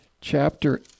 chapter